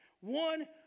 One